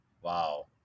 Wow